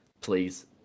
Please